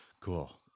Cool